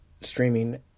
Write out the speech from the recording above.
streaming